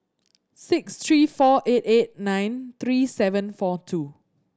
six three four eight eight nine three seven four two